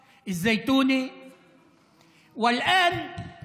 חשוב לומר שהחוק עובר בתמיכה רבתי ועבר אקספרס.